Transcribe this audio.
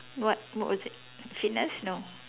what what was it fitness no